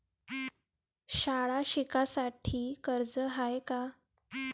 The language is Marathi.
शाळा शिकासाठी कर्ज हाय का?